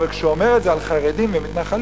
אבל כשהוא אומר את זה על חרדים ומתנחלים,